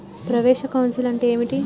ప్రవేశ కౌన్సెలింగ్ అంటే ఏమిటి?